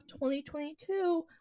2022